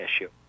issue